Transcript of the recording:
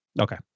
Okay